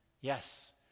Yes